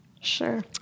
Sure